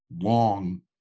long